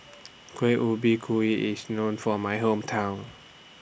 Kuih Ubi Kayu IS known For My Hometown